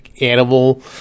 animal